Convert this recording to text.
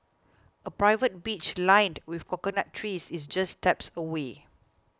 a private beach lined with coconut trees is just steps away